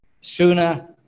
Sooner